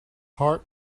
heart